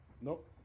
Nope